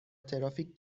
ترافیک